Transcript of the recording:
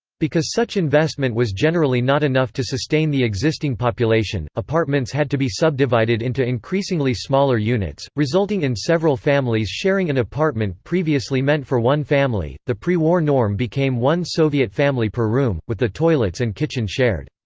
because such investment was generally not enough to sustain the existing population, apartments had to be subdivided into increasingly smaller units, resulting in several families sharing an apartment previously meant for one family the prewar norm became one soviet family per room, with the toilets and kitchen shared.